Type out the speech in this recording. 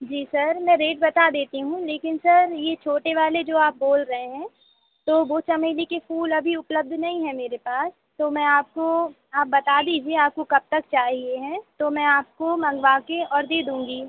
जी sir मैं rate बता देती हूँ लेकिन सर यह छोटे वाले जो आप बोल रहें हैं तो वह चमेली के फूल अभी उपलब्द नहीं हैं मेरे पास तो मैं आपको आप बता दीजिए के आपको कब तक चाहिए है तो मैं आपको मंगवाकर और दे दूँगी